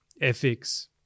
ethics